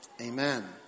Amen